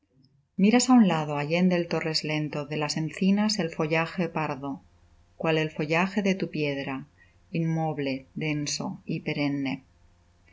miras á un lado allende el tormes lento de las encinas el follaje pardo cual el follaje de tu piedra inmoble denso y perenne